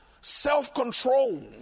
self-control